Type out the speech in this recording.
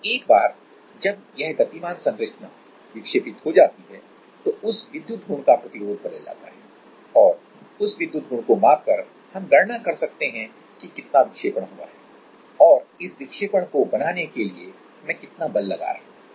और एक बार जब यह गतिमान संरचना विक्षेपित हो जाती है तो उस विद्युत गुण का प्रतिरोध बदल जाता है और उस विद्युत गुण को मापकर हम गणना कर सकते हैं कि कितना विक्षेपण हुआ है है और इस विक्षेपणn को बनाने के लिए मैं कितना बल लगा रहा हूँ